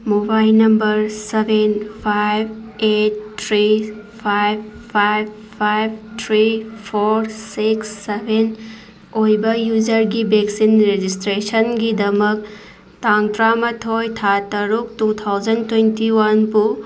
mobile number seven five eight three five five five three four six seven ꯑꯣꯏꯕ ꯌꯨꯖꯔꯒꯤ vaccine ꯔꯦꯖꯤꯁꯇ꯭ꯔꯦꯁꯟꯒꯤꯗꯃꯛ ꯇꯥꯡ ꯇꯔꯥꯃꯥꯊꯣꯏ ꯊꯥ ꯇꯔꯨꯛ ꯇꯨ ꯊꯥꯎꯖꯟ ꯇ꯭ꯋꯦꯟꯇꯤ ꯋꯥꯟꯕꯨ